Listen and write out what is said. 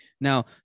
Now